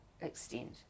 extent